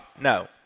No